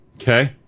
Okay